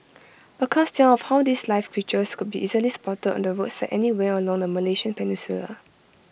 accounts tell of how these live creatures could be easily spotted on the roadside anywhere along the Malaysian peninsula